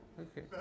Okay